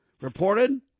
reported